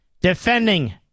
defending